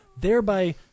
thereby